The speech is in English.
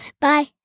Bye